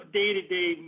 day-to-day